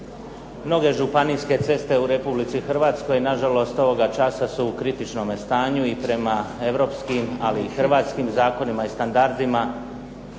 Mnoge županijske ceste u Republici Hrvatskoj na žalost ovoga časa su u kritičnome stanju i prema europskim, ali i hrvatskim zakonima i standardima,